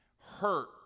Hurt